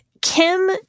Kim